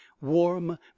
warm